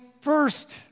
first